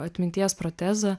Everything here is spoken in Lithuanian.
atminties protezą